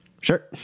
sure